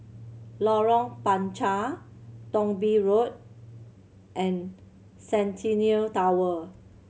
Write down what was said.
Lorong Panchar Thong Bee Road and Centennial Tower